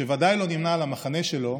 שוודאי לא נמנה עם המחנה שלו,